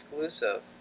exclusive